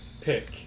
pick